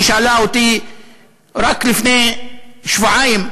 ששאלה אותי רק לפני שבועיים,